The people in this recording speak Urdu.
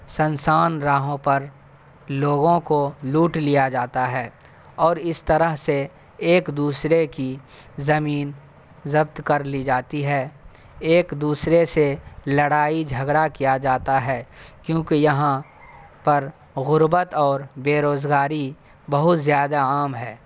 سنسان راہوں پر لوگوں کو لوٹ لیا جاتا ہے اور اس طرح سے ایک دوسرے کی زمین ضبط کر لی جاتی ہے ایک دوسرے سے لڑائی جھگڑا کیا جاتا ہے کیوںکہ یہاں پر غربت اور بے روزگاری بہت زیادہ عام ہے